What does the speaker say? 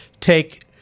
take